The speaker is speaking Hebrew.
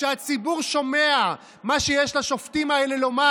והציבור שומע מה שיש לשופטים האלה לומר,